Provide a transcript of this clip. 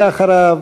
ואחריו,